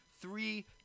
three